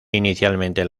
inicialmente